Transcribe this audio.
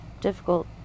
difficult